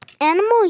Animal